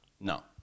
No